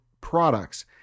products